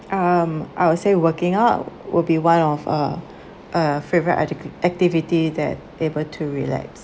um I would say working out will be one of uh uh favourite acti~ activity that able to relax